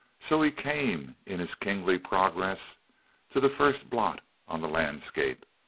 so he came in his kingly progress to the first blot on the landscape,